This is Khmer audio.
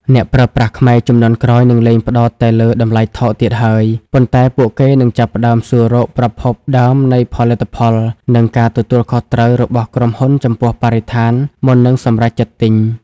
អ្នកប្រើប្រាស់ខ្មែរជំនាន់ក្រោយនឹងលែងផ្ដោតតែលើ "តម្លៃថោក" ទៀតហើយ ប៉ុន្តែពួកគេនឹងចាប់ផ្ដើមសួររក "ប្រភពដើមនៃផលិតផល" និងការទទួលខុសត្រូវរបស់ក្រុមហ៊ុនចំពោះបរិស្ថាន មុននឹងសម្រេចចិត្តទិញ។